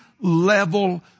level